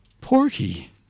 Porky